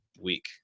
week